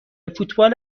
فوتبال